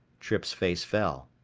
trippe's face fell.